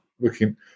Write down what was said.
looking –